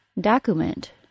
document